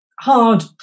hard